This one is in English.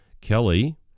Kelly